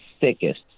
thickest